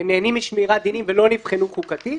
נהנים משמירת דינים ולא נבחנו חוקתית.